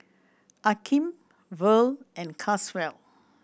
Akeem Verl and Caswell